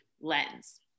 lens